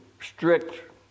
strict